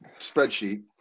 spreadsheet